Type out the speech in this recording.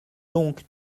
donc